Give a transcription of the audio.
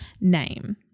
name